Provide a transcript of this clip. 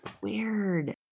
Weird